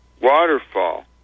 waterfall